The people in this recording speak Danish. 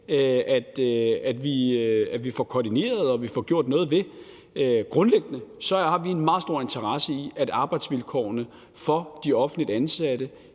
at vi får koordineret og får gjort noget ved. Grundlæggende har vi en meget stor interesse i, at arbejdsvilkårene for de offentligt ansatte